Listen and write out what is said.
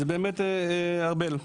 וזה ארבל.